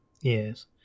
Yes